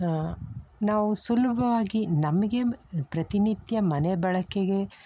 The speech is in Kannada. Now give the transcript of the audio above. ನಾವು ಸುಲಭವಾಗಿ ನಮಗೆ ಪ್ರತಿನಿತ್ಯ ಮನೆ ಬಳಕೆಗೆ